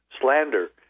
slander